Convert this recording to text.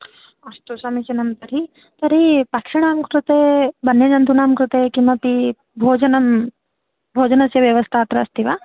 अस्तु समीचीनं तर्हि तर्हि पक्षिणां कृते वन्यजन्तूनां कृते किमपि भोजनं भोजनस्य व्यवस्था अत्र अस्ति वा